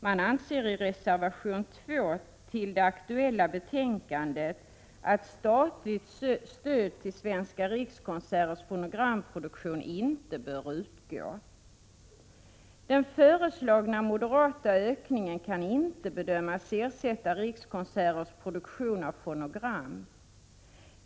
Man anför i reservation 2 till det aktuella betänkandet att statligt stöd till Svenska Rikskonserters fonogramproduktion inte bör utgå. Den föreslagna moderata ökningen kan inte bedömas ersätta Rikskonserters produktion av fonogram.